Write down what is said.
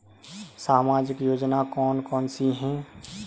सामाजिक योजना कौन कौन सी हैं?